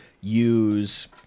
use